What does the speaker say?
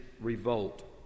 revolt